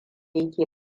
yake